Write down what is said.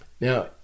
Now